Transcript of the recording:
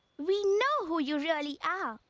we know who you really ah